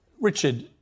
Richard